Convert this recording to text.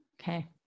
Okay